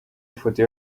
ifoto